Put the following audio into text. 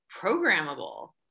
programmable